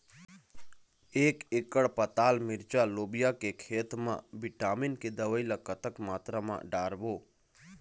एक एकड़ पताल मिरचा लोबिया के खेत मा विटामिन के दवई ला कतक मात्रा म डारबो?